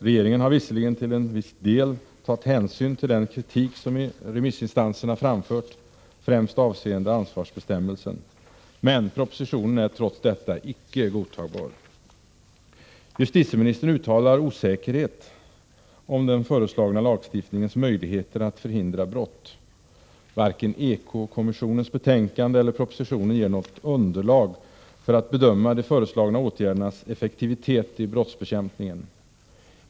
Regeringen har visserligen till viss del tagit hänsyn till den kritik som remissinstanserna framfört, främst avseende ansvarsbestämmelsen, men propositionen är trots detta inte godtagbar. Justitieministern uttalar själv osäkerhet om den föreslagna lagstiftningens möjligheter att förhindra brott. Varken Ekokommissionens betänkande eller propositionen ger något underlag för att bedöma de föreslagna åtgärdernas effektivitet i brottsbekämpningen.